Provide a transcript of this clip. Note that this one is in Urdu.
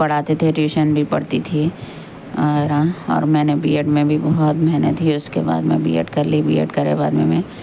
پڑھاتے تھے ٹیوشن بھی پڑھتی تھی اور اور میں نے بی ایڈ میں بھی بہت محنت کی اس کے بعد میں بی ایڈ کرلی بی ایڈ کرے بعد میں میں